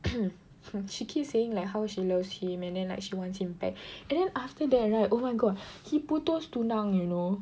she keeps saying like how she loves him and then like she wants him back and then after that right oh my god he putus tunang you know